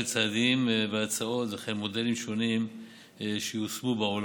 צעדים והצעות וכן מודלים שונים שיושמו בעולם.